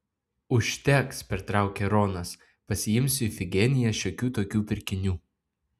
užteks pertraukė ronas pasiimsiu ifigeniją šiokių tokių pirkinių